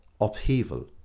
upheaval